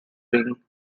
being